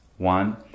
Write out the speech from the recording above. One